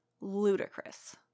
ludicrous